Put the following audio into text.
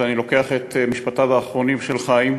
ואני לוקח את משפטיו האחרונים של חיים,